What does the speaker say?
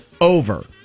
over